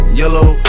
yellow